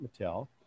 Mattel